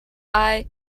i—i